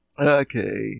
Okay